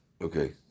Okay